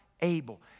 able